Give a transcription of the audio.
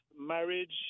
marriage